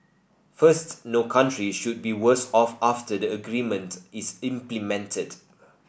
first no country should be worse off after the agreement is implemented